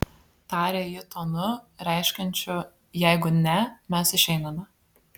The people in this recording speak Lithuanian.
tarė ji tonu reiškiančiu jeigu ne mes išeiname